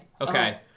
Okay